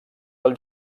del